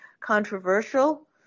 controversial